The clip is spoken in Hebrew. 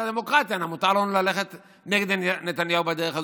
הדמוקרטיה מותר לנו ללכת נגד נתניהו בדרך הזאת.